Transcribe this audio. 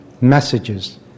messages